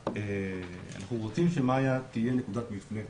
אנחנו רוצים שמאיה תהיה נקודת מפנה.